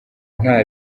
nta